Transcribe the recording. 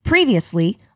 Previously